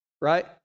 right